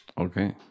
Okay